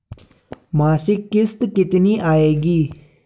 मासिक किश्त कितनी आएगी?